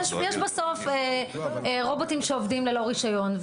יש בסוף רובוטים שעובדים ללא רישיון,